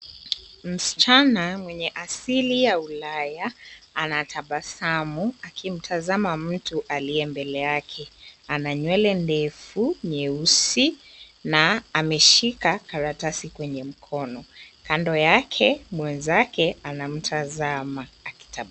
Msichana mwenye asili ya ulaya, anatabasamu akimtazama mtu aliye mbele yake. Ana nywele ndefu nyeusi na ameshika karatasi kwenye mkono. Kando yake mwenzake anamtazama akitabasamu.